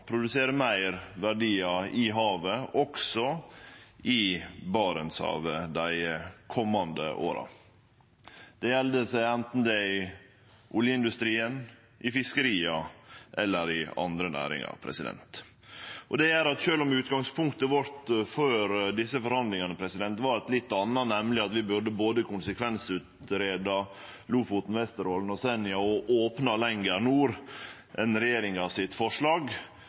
produsere meir verdiar i havet – også i Barentshavet – dei komande åra, anten det gjeld oljeindustrien, fiskeria eller andre næringar. Det gjer at sjølv om utgangspunktet vårt før desse forhandlingane var eit litt anna, nemleg at vi burde både konsekvensutgreie Lofoten, Vesterålen og Senja og opne lenger nord enn det regjeringa